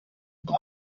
bwo